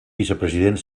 vicepresident